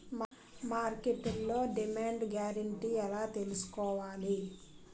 మార్కెట్లో demand guarantee ఎలా తెల్సుకోవాలి?